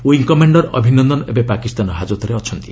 wing commander Abhinandan ଏବେ ପାକିସ୍ତାନ ହାଜତରେ ଅଛନ୍ତି